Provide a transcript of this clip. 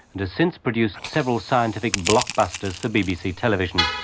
and since produced several scientific blockbusters for bbc television.